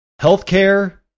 healthcare